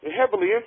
heavily